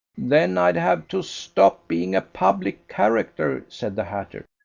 then i'd have to stop being a public character, said the hatter.